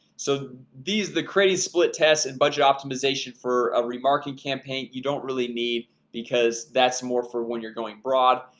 so these the crazy split test and budget optimization for a remarketing campaign you don't really need because that's more for when you're going broad.